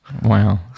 Wow